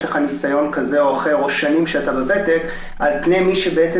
לך ניסיון כזה או אחר או שנים שאתה בוותק על פני מי שבעצם